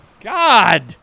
God